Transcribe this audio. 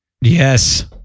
Yes